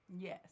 Yes